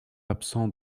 absents